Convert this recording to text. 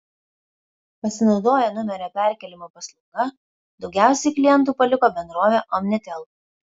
pasinaudoję numerio perkėlimo paslauga daugiausiai klientų paliko bendrovę omnitel